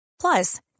Plus